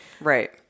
Right